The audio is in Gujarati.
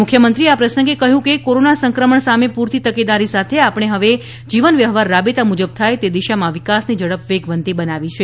મુખ્યમંત્રીએ આ પ્રસંગે કહ્યું કે કોરોના સંક્રમણ સામે પૂરતી તકેદારી સાથે આપણે હવે જીવન વ્યવહાર રાબેતા મુજબ થાય તે દિશામાં વિકાસની ઝડપ વેગવંતી બનાવી છે